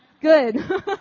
Good